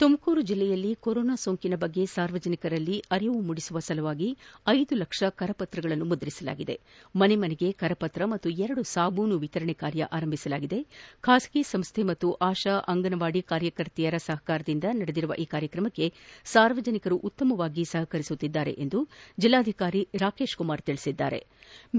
ತುಮಕೂರು ಜಿಲ್ಲೆಯಲ್ಲಿ ಕೊರೋನಾ ಸೋಂಕಿನ ಬಗ್ಗೆ ಸಾರ್ವಜನಿಕರಲ್ಲಿ ಜಾಗೃತಿ ಮೂಡಿಸುವ ಸಲುವಾಗಿ ನ್ ಲಕ್ಷ ಕರಪತ್ರಗಳನ್ನು ಮುದ್ರಿಸಿ ಮನೆ ಮನೆಗೆ ಕರಪತ್ರ ಹಾಗೂ ಎರಡು ಸಾಬೂನು ವಿತರಿಸುವ ಕಾರ್ಯ ಪೂರಂಭಿಸಲಾಗಿದೆ ಬಾಸಗಿ ಸಂಸ್ವೆ ಹಾಗೂ ಆಶಾ ಮತ್ತು ಅಂಗನವಾಡಿ ಕಾರ್ಯಕರ್ತೆಯರ ಸಹಕಾರದಿಂದ ನಡೆದಿರುವ ಈ ಕಾರ್ಯಕ್ಕೆ ಸಾರ್ವಜನಿಕರು ಸಹಕಾರ ನೀಡುತ್ತಿದ್ದಾರೆ ಎಂದು ಜಿಲ್ಲಾಧಿಕಾರಿ ರಾಕೇಶ್ ಕುಮಾರ್ ಹೇಳದ್ದಾರೆ